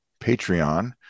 Patreon